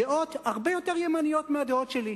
דעות הרבה יותר ימניות מהדעות שלי.